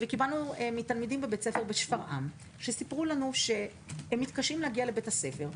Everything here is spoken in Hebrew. קיבלנו מתלמידי בבית ספר לשפרעם שסיפרו לנו שהם מתקשים להגיע לבית הספר.